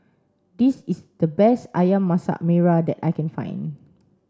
this is the best Ayam Masak Merah that I can find